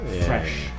fresh